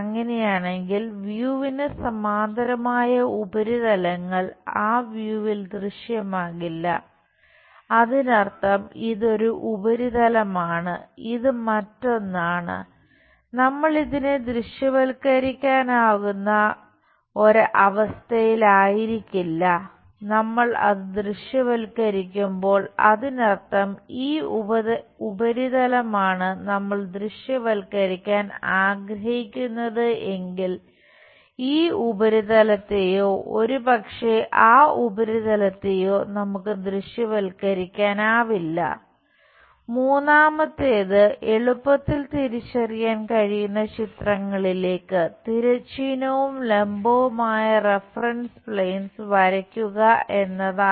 അങ്ങനെയാണെങ്കിൽ വ്യൂവിന് വരക്കുക എന്നതാണ്